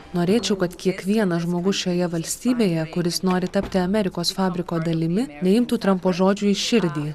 norėčiau kad kiekvienas žmogus šioje valstybėje kuris nori tapti amerikos fabriko dalimi neimtų trampo žodžių į širdį